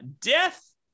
death